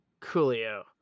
coolio